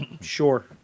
sure